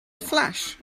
flash